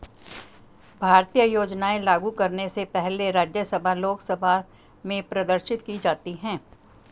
भारतीय योजनाएं लागू करने से पहले राज्यसभा लोकसभा में प्रदर्शित की जाती है